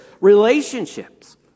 relationships